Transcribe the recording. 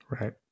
Right